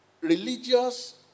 Religious